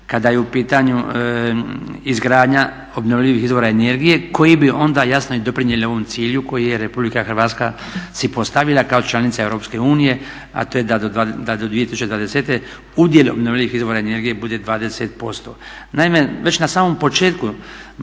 kada je u pitanju izgradnja obnovljivih izvora energije koji bi onda jasno doprinijeli ovom cilju koji je Republika Hrvatska si postavila kao članica Europske unije, a to je da do 2020. udjel obnovljivih izvora energije bude 20%. Naime, već na samom početku